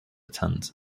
attend